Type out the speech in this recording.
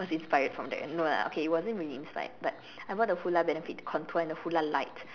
cause it's inspired from then no lah okay it wasn't really inspired but I bought the Hoola benefit contour and the Hoola light